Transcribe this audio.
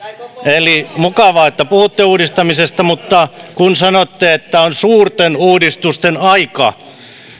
eli mukavaa että puhutte uudistamisesta kun sanotte että on suurten uudistusten aika